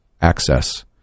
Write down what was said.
access